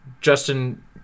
justin